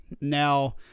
Now